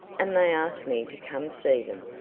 and they asked me to come see them!